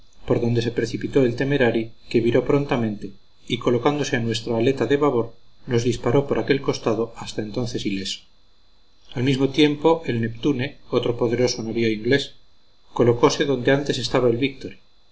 por donde se precipitó el temerary que viró prontamente y colocándose a nuestra aleta de babor nos disparó por aquel costado hasta entonces ileso al mismo tiempo el neptune otro poderoso navío inglés colocose donde antes estaba el victory